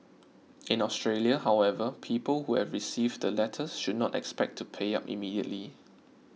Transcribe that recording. in Australia however people who have received the letters should not expect to pay up immediately